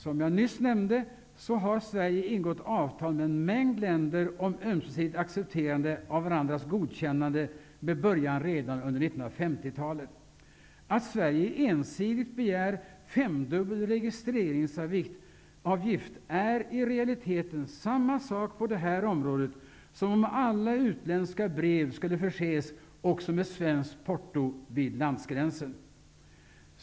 Som jag nyss nämnde har Sverige ingått avtal med en mängd länder om ömsesidigt accepterande av varandras godkännande, med början redan under 1950-talet. Att Sverige ensidigt begär femdubbel registreringsavgift är i realiteten samma sak på det här området som om alla utländska brev skulle förses också med svenskt porto vid landsgränsen.